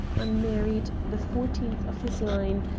unmarried, the fourteenth of his line,